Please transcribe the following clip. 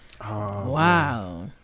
wow